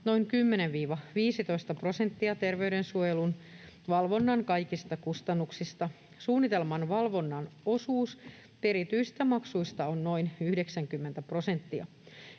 noin 10—15 prosenttia terveydensuojelun valvonnan kaikista kustannuksista. Suunnitelmallisen valvonnan osuus perityistä maksuista on noin 90 prosenttia.